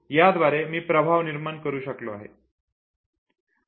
याद्वारे मी प्रभाव निर्माण करू शकलो आहे